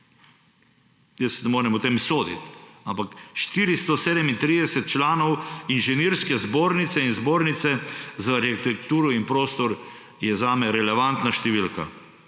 jaz ne morem o tem soditi Ampak 437 članov Inženirske zbornice in Zbornice za arhitekturo in prostor je zame relevantna številka.